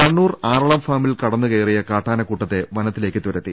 കണ്ണൂർ ആറളം ഫാമിൽ കടന്നുകയറിയ കാട്ടാന കൂട്ടത്തെ വന ത്തിലേക്ക് തുരത്തി